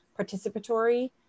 participatory